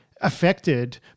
affected